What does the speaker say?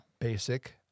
Basic